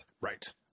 right